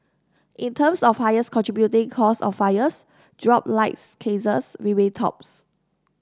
in terms of highest contributing cause of fires dropped light cases remained tops